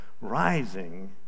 rising